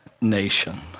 nation